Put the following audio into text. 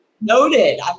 Noted